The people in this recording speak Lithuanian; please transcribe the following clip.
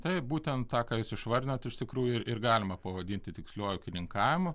taip būtent tą ką jūs išvardinot iš tikrųjų ir ir galima pavadinti tiksliuoju ūkininkavimu